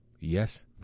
Yes